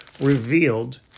revealed